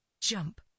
Jump